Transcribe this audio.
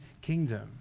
kingdom